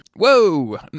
Whoa